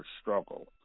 struggle